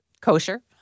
Kosher